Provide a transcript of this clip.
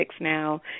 Now